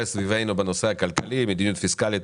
סביבנו בנושא הכלכלי מדיניות פיסקלית,